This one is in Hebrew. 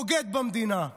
בוגד במדינה,